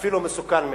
ואפילו מסוכן מאוד,